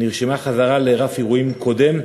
נרשמה חזרה לרף האירועים הקודם.